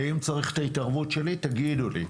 אם צריך את ההתערבות שלי תגידו לי.